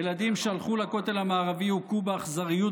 ילדים שהלכו לכותל המערבי הוכו באכזריות